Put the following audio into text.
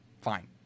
fine